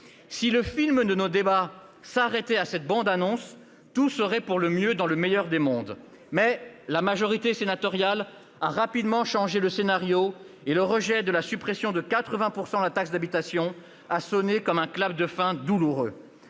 Si le film de nos débats s'arrêtait à cette bande-annonce, tout serait pour le mieux dans le meilleur des mondes, mais la majorité sénatoriale a rapidement changé le scénario : le rejet de la suppression de la taxe d'habitation pour 80 % des ménages a sonné comme un clap de fin douloureux.